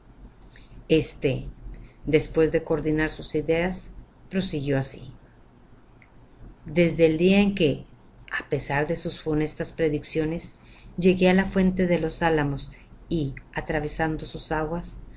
este después de coordinar sus ideas prosiguió así desde el día en que á pesar de tus funestas predicciones llegué á la fuente de los álamos y atravesando sus aguas